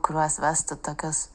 kurias vestų tokios